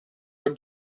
her